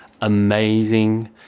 amazing